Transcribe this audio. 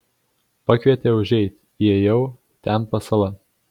pakvietė užeit įėjau ten pasala